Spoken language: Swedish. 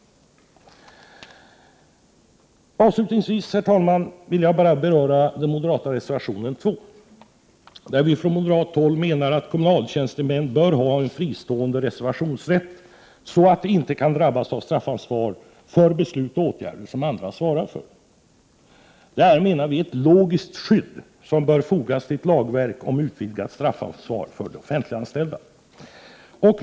Avslutningsvis vill jag beröra den moderata reservationen nr 2. Vi menar där från moderat håll att kommunaltjänstemän bör ha en fristående reservationsrätt, så att de inte skall kunna drabbas av straffansvar för beslut och åtgärder som andra svarar för. Detta menar vi är ett logiskt skydd som bör fogas till ett lagverk om utvidgat straffansvar för offentliganställda. Herr talman!